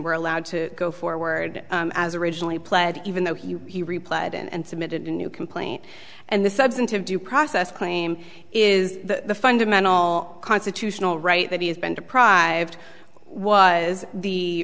were allowed to go forward as originally pled even though he he replied and submitted a new complaint and the substantive due process claim is the fundamental constitutional right that he has been deprived was the